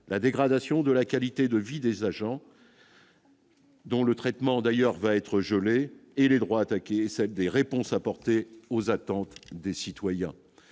la dégradation de la qualité de vie des agents. Dont le traitement d'ailleurs va être gelé, et les droits attaquer celle des réponses apportées aux attentes des citoyens,